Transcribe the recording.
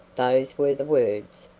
those were the words,